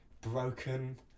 Broken